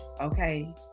okay